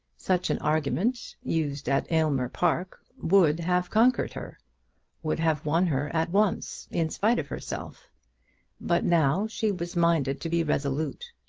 such an argument, used at aylmer park, would have conquered her would have won her at once, in spite of herself but now she was minded to be resolute.